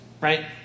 right